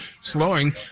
slowing